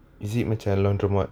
is it macam laundromat